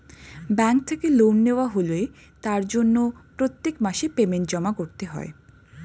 bank থেকে loan নেওয়া হলে তার জন্য প্রত্যেক মাসে পেমেন্ট জমা করতে হয়